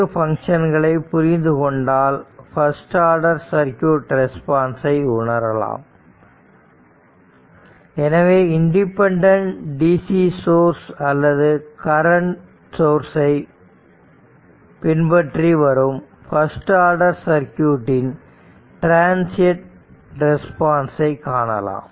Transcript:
இந்த 3 பங்க்ஷன்களை புரிந்து கொண்டால் ஃபாஸ்ட் ஆர்டர் சர்க்யூட் ரெஸ்பான்ஸ்சை உணரலாம் எனவே இன்டிபென்டன்ட் DC சோர்ஸ் அல்லது கரண்ட சோர்ஸ்சை பின்பற்றி வரும் பர்ஸ்ட் ஆர்டர் சர்க்யூடடின் டிரன்சியண்ட் ரெஸ்பான்ஸ்சை காணலாம்